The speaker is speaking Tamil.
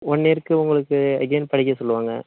ஒன் இயருக்கு உங்களுக்கு எகைன் படிக்க சொல்லுவாங்க